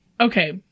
Okay